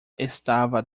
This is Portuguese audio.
estava